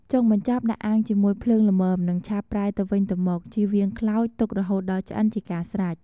ចុងបញ្ចប់ដាក់អាំងជាមួយភ្លើងល្មមនិងឆាប់ប្រែទៅវិញទៅមក ជៀសវាងខ្លោច ទុករហូតដល់ឆ្អិនជាការស្រេច។